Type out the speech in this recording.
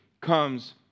comes